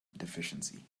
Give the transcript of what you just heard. deficiency